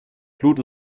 blut